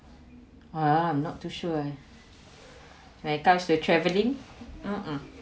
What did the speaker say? ah I'm not too sure eh when it comes to traveling um um